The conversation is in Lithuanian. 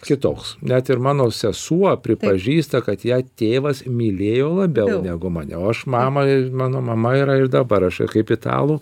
kitoks net ir mano sesuo pripažįsta kad ją tėvas mylėjo labiau negu mane o aš mamą ir mano mama yra ir dabar aš kaip italų